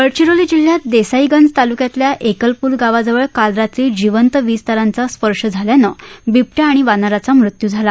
गडचिरोली जिल्ह्यात देसाईगंज तालुक्यातल्या एकलपूर गावाजवळ काल रात्री जिंवत विजतारांचा स्पर्श झाल्यानं बिबट्या आणि वानराचा मृत्यू झाला